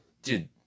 Dude